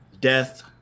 death